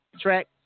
track